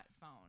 phone